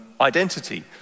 identity